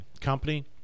company